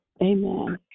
Amen